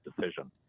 decision